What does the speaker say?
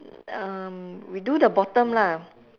um we do the bottom lah